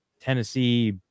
Tennessee